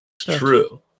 True